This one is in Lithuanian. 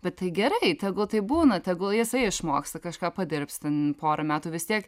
bet tai gerai tegul tai būna tegul jisai išmoksta kažką padirbs ten porą metų vis tiek